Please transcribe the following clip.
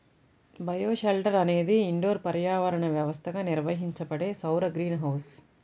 bioshelter అనేది indoor పర్యావరణ వ్యవస్థగా నిర్వహించబడే సౌర గ్రీన్ హౌస్